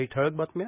काही ठळक बातम्या